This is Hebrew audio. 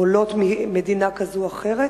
או עולות ממדינה כזו או אחרת?